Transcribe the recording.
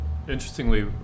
interestingly